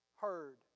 heard